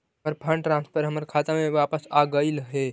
हमर fund transfer हमर खाता में वापस आगईल हे